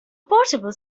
portable